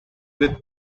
with